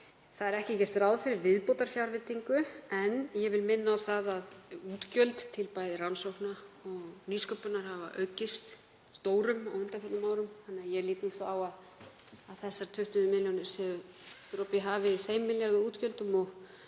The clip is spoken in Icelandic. Ekki er gert ráð fyrir viðbótarfjárveitingu en ég vil minna á að útgjöld til bæði rannsókna og nýsköpunar hafa aukist stórum á undanförnum árum þannig að ég lít svo á að þessar 20 milljónir séu dropi í hafið í þeim milljarðaútgjöldum og